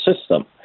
system